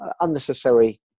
unnecessary